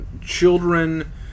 children